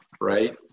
Right